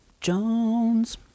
Jones